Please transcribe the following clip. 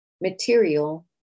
material